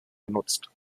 genutzt